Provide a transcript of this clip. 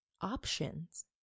options